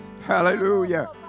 Hallelujah